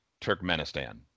Turkmenistan